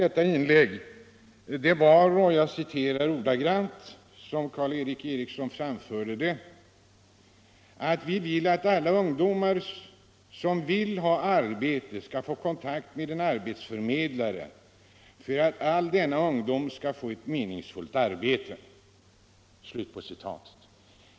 Men det väsentligaste i herr Erikssons inlägg var: Vi anser att ungdomar som vill ha arbete skall få kontakt med en arbetsförmedling, så att all denna ungdom kan få ett meningsfullt arbete.